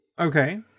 Okay